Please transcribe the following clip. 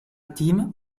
team